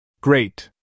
Great